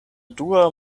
dua